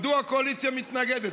מדעו הקואליציה מתנגדת?